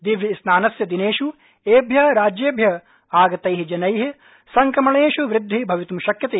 दिव्यस्नानस्य दिनेष् एभ्य राज्येभ्य आगतै जनै संक्रमणेष् वृद्धि भवित् शक्यते